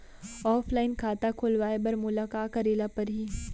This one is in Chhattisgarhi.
ऑफलाइन खाता खोलवाय बर मोला का करे ल परही?